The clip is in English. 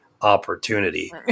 opportunity